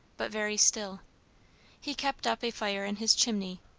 but very still he kept up a fire in his chimney,